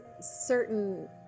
certain